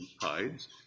hides